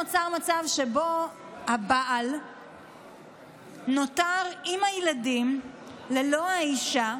נוצר מצב שבו הבעל נותר עם הילדים ללא האישה,